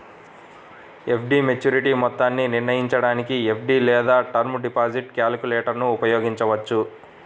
FD maturity మొత్తాన్ని నిర్ణయించడానికి FD లేదా టర్మ్ డిపాజిట్ క్యాలిక్యులేటర్ను ఉపయోగించవచ్చు